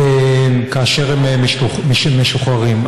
כאשר הם משוחררים.